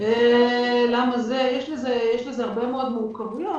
יש בזה הרבה מאוד מורכבויות,